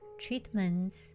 treatments